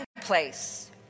place